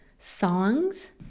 songs